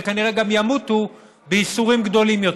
וכנראה גם ימותו בייסורים גדולים יותר.